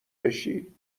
بشی